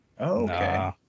okay